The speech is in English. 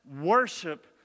worship